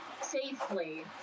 safely